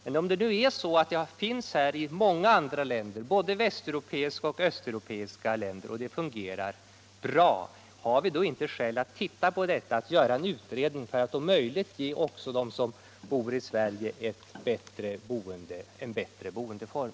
Men om det nu är så att systemet finns i många andra länder — både västeuropeiska och östeuropeiska länder — och fungerar bra, har vi då inte skäl att se på detta och göra en utredning för att om möjligt ge också dem som bor i Sverige en bättre boendeform?